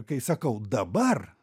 kai sakau dabar